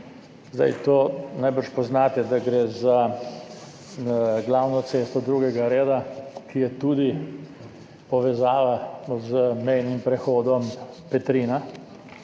To najbrž poznate, da gre za glavno cesto drugega reda, ki je tudi povezava z mejnim prehodom Petrina.